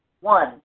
One